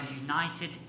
united